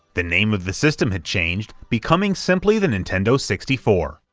the name of the system had changed, becoming simply the nintendo sixty four.